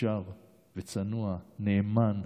ישר וצנוע, נאמן,